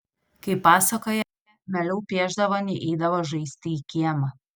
kaip pasakoja mieliau piešdavo nei eidavo žaisti į kiemą